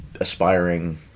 aspiring